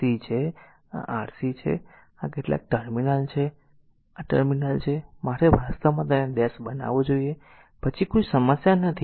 આ c છે આ Rc છે અને આ r કેટલાક ટર્મિનલ છે આ r કેટલાક ટર્મિનલ છે મારે વાસ્તવમાં તેને ડેશ બનાવવું જોઈએ પછી કોઈ સમસ્યા નથી